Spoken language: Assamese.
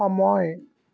সময়